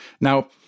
Now